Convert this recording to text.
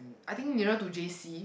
I think you know to J_C